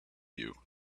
you